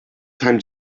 time